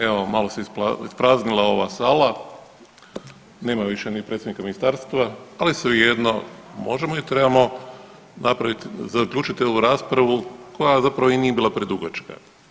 evo, malo se ispraznila ova sala, nema više ni predstavnika ministarstva, ali svejedno možemo i trebamo napraviti, zaključiti ovu raspravu koja zapravo i nije bila predugačka.